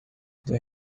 they